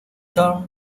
turned